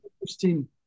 interesting